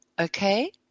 Okay